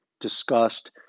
discussed